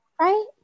Right